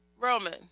Roman